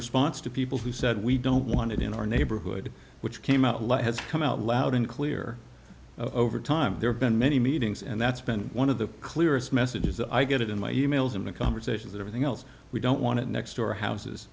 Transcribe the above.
response to people who said we don't want it in our neighborhood which came out light has come out loud and clear over time there have been many meetings and that's been one of the clearest messages i get in my e mails in the conversations of everything else we don't want to next door houses